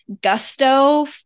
gusto